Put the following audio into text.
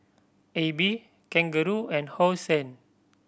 Aibi Kangaroo and Hosen